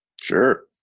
Sure